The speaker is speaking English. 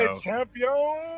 Champion